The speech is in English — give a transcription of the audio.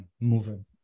moving